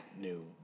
new